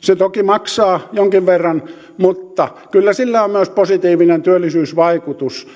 se toki maksaa jonkin verran mutta kyllä sillä on myös positiivinen työllisyysvaikutus